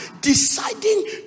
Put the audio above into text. deciding